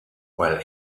while